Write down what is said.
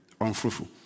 unfruitful